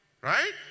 right